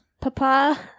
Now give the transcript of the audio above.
papa